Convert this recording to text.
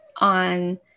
on